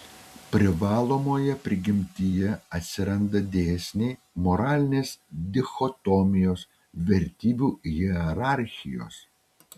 privalomoje prigimtyje atsiranda dėsniai moralinės dichotomijos vertybių hierarchijos